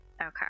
Okay